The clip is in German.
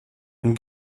ein